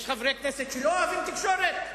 יש חברי כנסת שלא אוהבים תקשורת?